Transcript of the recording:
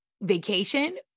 vacation